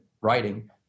writing